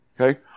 okay